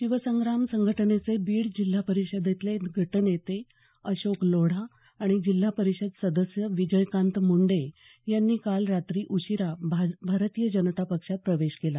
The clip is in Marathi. शिवसंग्राम संघटनेचे बीड जिल्हा परिषदेतले गट नेते अशोक लोढा आणि जिल्हा परिषद सदस्य विजयकांत मुंडे यांनी काल रात्री उशिरा भारतीय जनता पक्षात प्रवेश केला